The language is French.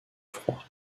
froid